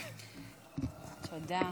תודה,